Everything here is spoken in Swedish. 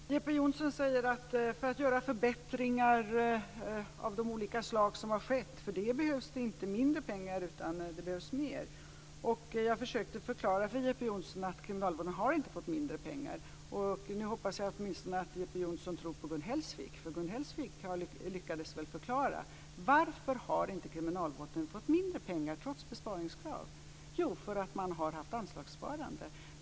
Fru talman! Jeppe Johnsson säger att för att göra förbättringar av de olika slag som har skett behövs det inte mindre pengar utan det behövs mer. Jag försökte förklara för Jeppe Johnsson att kriminalvården inte har fått mindre pengar. Nu hoppas jag att Jeppe Johnsson åtminstone tror på Gun Hellsvik. Hon lyckades väl förklara varför kriminalvården inte har fått mindre pengar, trots besparingskrav. Jo, därför att man har haft anslagssparande.